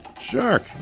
Shark